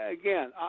again